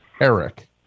Eric